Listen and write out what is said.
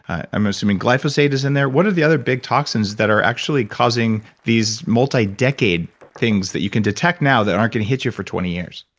i'm assuming glyphosate is in there. what are the other big toxins that are actually causing these multi decade things that you can detect now that aren't going to hit you for twenty years?